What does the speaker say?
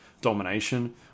domination